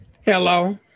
Hello